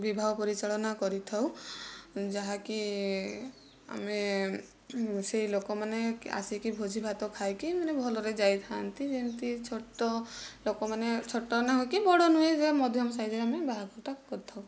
ବିବାହ ପରିଚାଳନା କରିଥାଉ ଯାହାକି ଆମେ ସେହି ଲୋକମାନେ ଆସିକି ଭୋଜିଭାତ ଖାଇକି ମାନେ ଭଲରେ ଯାଇଥାନ୍ତି ଯେମିତି ଛୋଟ ଲୋକମାନେ ଛୋଟ ନୁହେଁ କି ବଡ଼ ନୁହେଁ ସେ ମଧ୍ୟମ ସାଇଜ୍ରେ ଆମେ ବାହାଘରଟା କରିଥାଉ